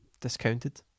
discounted